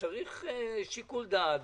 צריך שיקול דעת.